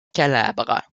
calabre